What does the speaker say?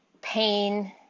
pain